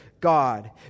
God